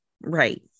right